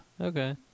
Okay